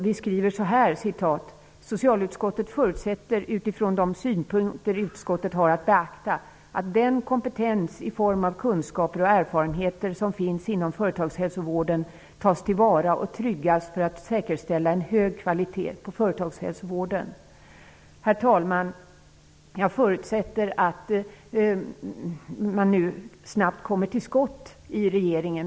Vi skriver så här: ''Socialutskottet förutsätter utifrån de synpunkter utskottet har att beakta att den kompetens i form av kunskap och erfarenheter som finns inom företagshälsovården tas till vara och tryggas för att säkerställa en hög kvalitet på företagshälsovården.'' Jag förutsätter att regeringen nu snabbt kommer till skott.